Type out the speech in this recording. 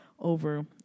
over